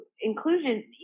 inclusion